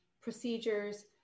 procedures